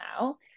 now